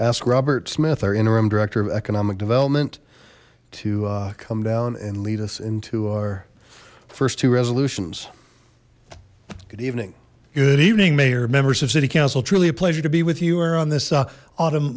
ask robert smith our interim director of economic development to come down and lead us into our first two resolutions good evening good evening mayor members of city council truly a pleasure to be with you are on this autumn